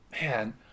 man